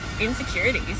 insecurities